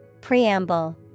Preamble